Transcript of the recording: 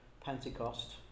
Pentecost